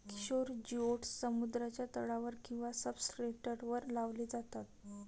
किशोर जिओड्स समुद्राच्या तळावर किंवा सब्सट्रेटवर लावले जातात